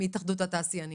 מהתאחדות התעשיינים.